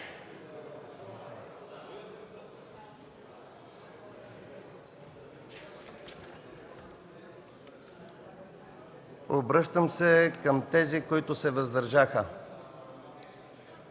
Обръщам се към тези, които се въздържаха